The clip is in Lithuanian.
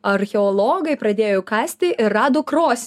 archeologai pradėjau kasti ir rado kros